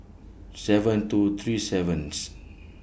seven two three seventh